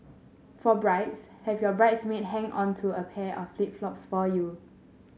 for brides have your bridesmaid hang onto a pair of flip flops for you